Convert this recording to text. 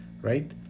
Right